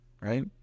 right